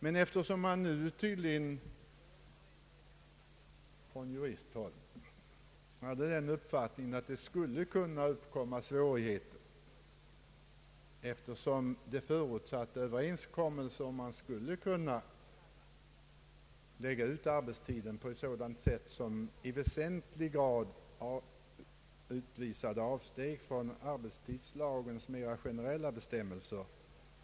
Men nu har tydligen från juristhåll den uppfattningen framförts att det skulle kunna bli svårigheter att nå erforderliga överenskommelser för rätten att förlägga arbetstiden på ett sätt som väsentligt avsteg från arbetstidslagens mera generella bestämmelser.